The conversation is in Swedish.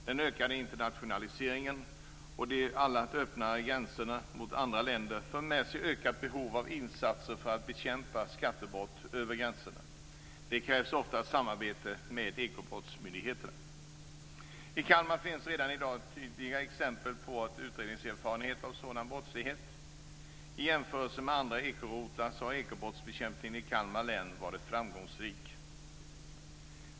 Den ökande internationaliseringen och de allt öppnare gränserna mot andra länder för med sig ökade behov av insatser för att bekämpa skattebrott över gränserna. Det krävs ofta samarbete med ekobrottsmyndigheterna. I Kalmar finns det redan i dag tydliga exempel på och utredningserfarenhet av sådan brottslighet. I jämförelse med andra ekorotlar har ekobrottsbekämpningen i Kalmar län varit framgångsrik.